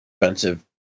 expensive